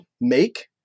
make